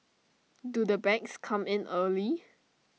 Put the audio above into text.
do the bags come in early